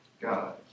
God